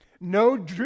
No